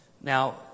Now